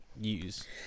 use